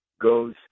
goes